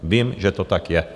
Vím, že to tak je!